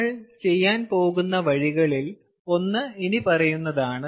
നമ്മൾ ചെയ്യാൻ പോകുന്ന വഴികളിൽ ഒന്ന് ഇനിപ്പറയുന്നതാണ്